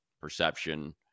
perception